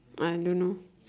I no no